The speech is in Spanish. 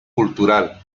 cultural